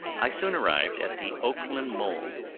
i soon arrived at the oakland mole,